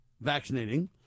vaccinating